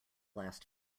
last